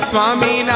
Swami